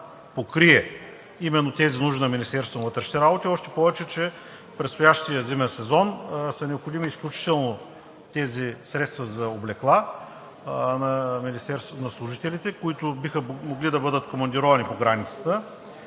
покрие именно тези нужди на Министерството на вътрешните работи, още повече че в предстоящия зимен сезон са изключително необходими средствата за облекла на служителите на Министерството, които биха могли да бъдат командировани по границата